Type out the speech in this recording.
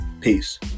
Peace